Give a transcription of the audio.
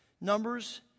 Numbers